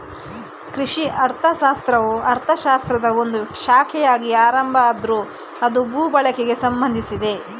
ಕೃಷಿ ಅರ್ಥಶಾಸ್ತ್ರವು ಅರ್ಥಶಾಸ್ತ್ರದ ಒಂದು ಶಾಖೆಯಾಗಿ ಆರಂಭ ಆದ್ರೂ ಅದು ಭೂ ಬಳಕೆಗೆ ಸಂಬಂಧಿಸಿದೆ